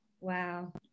Wow